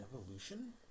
evolution